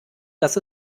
dass